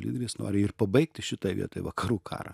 lyderis nori ir pabaigti šitoj vietoj vakarų karą